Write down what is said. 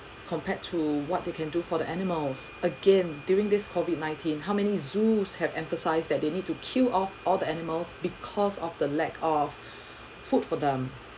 compared to what they can do for the animals again during this COVID nineteen how many zoos have emphasize that they need to kill of all the animals because of the lack of food for them